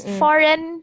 foreign